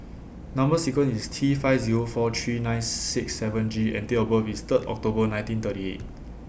Number sequence IS T five Zero four three nine six seven G and Date of birth IS Third October nineteen thirty eight